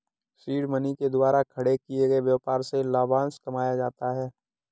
seed money के द्वारा खड़े किए गए व्यापार से लाभांश कमाया जाता है